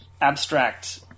abstract